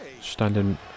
Standing